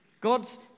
God's